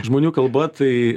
žmonių kalba tai